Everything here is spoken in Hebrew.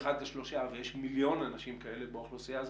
אחד לשלושה ויש מיליון אנשים כאלה באוכלוסייה הזאת,